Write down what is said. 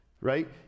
right